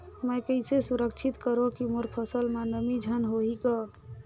मैं कइसे सुरक्षित करो की मोर फसल म नमी झन होही ग?